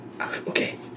Okay